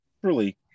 Truly